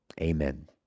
Amen